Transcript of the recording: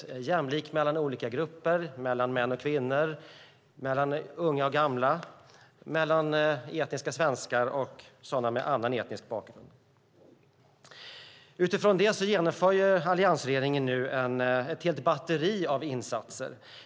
Den ska vara jämlik mellan olika grupper, mellan män och kvinnor, mellan unga och gamla och mellan etniska svenskar och personer med annan etnisk bakgrund. Utifrån det genomför alliansregeringen nu ett helt batteri av insatser.